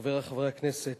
חברי חברי הכנסת,